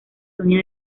sonia